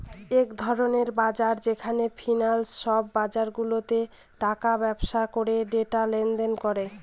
এক ধরনের বাজার যেখানে ফিন্যান্সে সব বাজারগুলাতে টাকার ব্যবসা করে ডেটা লেনদেন করে